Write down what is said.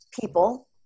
people